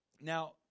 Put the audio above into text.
Now